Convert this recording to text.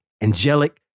angelic